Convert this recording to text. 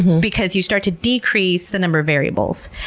because you start to decrease the number of variables.